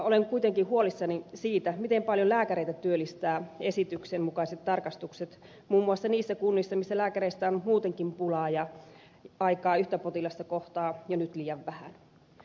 olen kuitenkin huolissani siitä miten paljon lääkäreitä työllistävät esityksen mukaiset tarkastukset muun muassa niissä kunnissa missä lääkäreistä on muutenkin pulaa ja aikaa yhtä potilasta kohden on jo nyt liian vähän